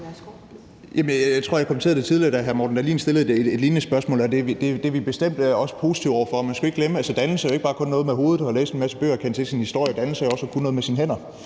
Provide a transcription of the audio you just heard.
Jeg tror, jeg kommenterede det tidligere, da hr. Morten Dahlin stillede et lignende spørgsmål, og vi er bestemt også positive over for det. Man skal ikke glemme, at dannelse ikke kun er noget med hovedet og at læse en masse bøger og kende til sin historie, dannelse er også at kunne noget med sine hænder.